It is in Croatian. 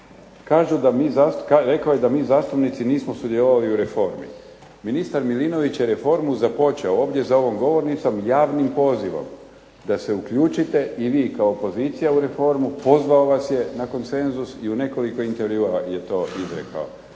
Rekao je da mi zastupnici nismo sudjelovali u reformi. Ministar Milinović je reformu započeo ovdje za ovom govornicom javnim pozivom da se uključite i vi kao opozicija u reformu, pozvao vas je na konsenzus i u nekoliko intervjua je to izrekao.